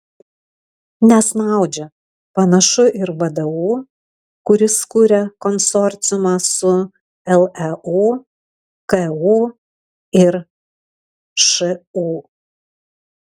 nesnaudžia panašu ir vdu kuris kuria konsorciumą su leu ku ir šu